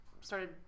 started